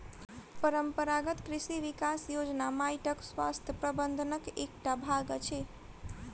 परंपरागत कृषि विकास योजना माइटक स्वास्थ्य प्रबंधनक एकटा भाग अछि